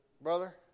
Brother